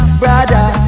brother